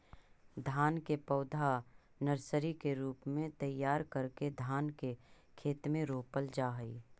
धान के पौधा नर्सरी के रूप में तैयार करके धान के खेत में रोपल जा हइ